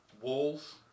walls